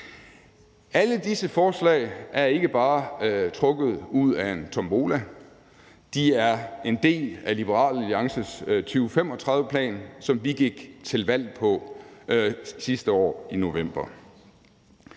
Alle disse forslag er ikke bare trukket i en tombola, de er en del af Liberal Alliances 2035-plan, som vi gik til valg på sidste år i november